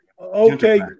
Okay